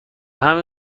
همین